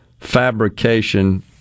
fabrication